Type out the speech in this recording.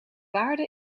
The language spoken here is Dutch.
waarde